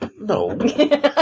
No